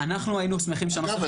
היינו שמחים שהנוסח יישאר --- אגב,